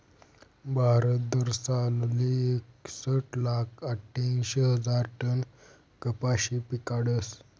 भारत दरसालले एकसट लाख आठ्यांशी हजार टन कपाशी पिकाडस